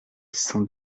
cent